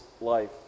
life